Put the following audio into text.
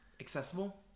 accessible